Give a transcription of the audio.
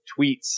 tweets